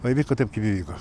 o įvyko taip įvyko